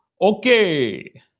Okay